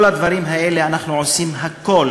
כל הדברים האלה, אנחנו עושים הכול